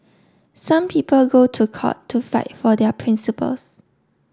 some people go to court to fight for their principles